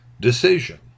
decision